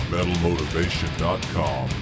MetalMotivation.com